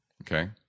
Okay